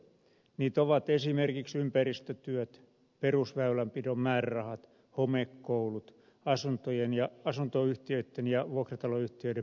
niitä ovat esimerkiksi ympäristötyöt perusväylänpidon määrärahat homekoulut asuntoyhtiöitten ja vuokrataloyhtiöiden peruskorjausavustukset